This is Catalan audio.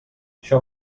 això